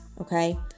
Okay